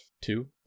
two